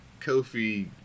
Kofi